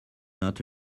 not